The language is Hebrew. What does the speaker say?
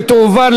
ותועבר,